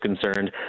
concerned